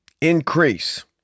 increase